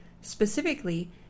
specifically